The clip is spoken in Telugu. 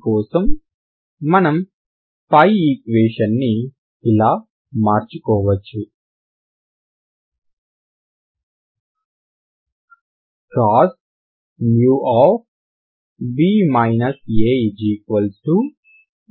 దాని కోసం మనం పై ఈక్వేషన్ ని ఇలా మార్చుకోవచ్చు cos